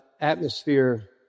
atmosphere